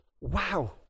Wow